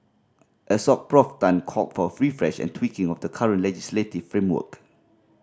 Assoc Prof Tan called for a refresh and tweaking of the current legislative framework